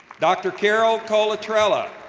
dr. carol colatrella,